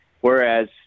Whereas